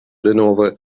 denove